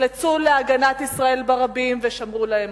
נחלצו להגנת ישראל ברבים ושמרו לה אמונים.